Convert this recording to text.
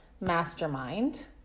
mastermind